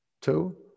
Two